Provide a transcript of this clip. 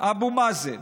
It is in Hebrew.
אבו מאזן,